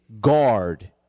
guard